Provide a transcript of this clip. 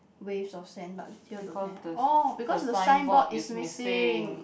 waves of sand but here don't have orh because the signboard is missing